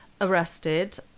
arrested